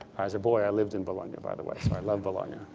as a boy, i lived in bologna, by the way. so i love bologna.